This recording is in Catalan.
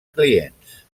clients